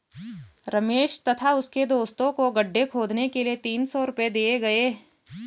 रमेश तथा उसके दोस्तों को गड्ढे खोदने के लिए तीन सौ रूपये दिए गए